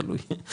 תלוי,